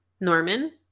Norman